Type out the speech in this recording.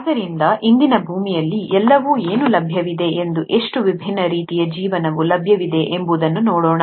ಆದ್ದರಿಂದ ಇಂದಿನ ಭೂಮಿಯಲ್ಲಿ ಎಲ್ಲವೂ ಏನು ಲಭ್ಯವಿದೆ ಮತ್ತು ಎಷ್ಟು ವಿಭಿನ್ನ ರೀತಿಯ ಜೀವನ ಲಭ್ಯವಿದೆ ಎಂಬುದನ್ನು ನೋಡೋಣ